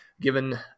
given